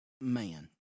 man